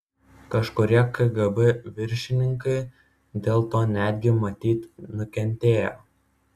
kažkurie kgb viršininkai dėl to netgi matyt nukentėjo